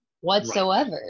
whatsoever